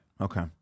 Okay